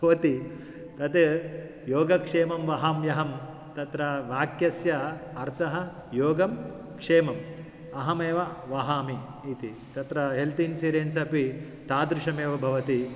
भवति तद् योगक्षेमं वहाम्यहं तत्र वाक्यस्य अर्थः योगं क्षेमम् अहमेव वहामि इति तत्र हेल्त् इन्शुरेन्स् अपि तादृशमेव भवति